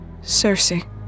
Cersei